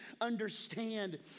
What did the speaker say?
understand